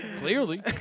Clearly